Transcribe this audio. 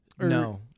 No